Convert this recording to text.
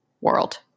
world